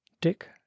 dick